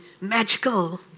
magical